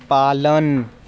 पालन